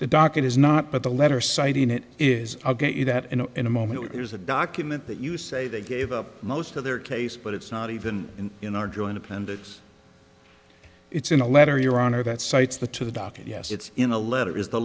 the docket is not but the letter citing it is i'll get you that in a moment there's a document that you say they gave up most of their case but it's not even in in our joint appendix it's in a letter your honor that cites the to the docket yes it's in a letter is the